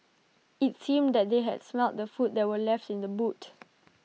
IT seemed that they had smelt the food that were left in the boot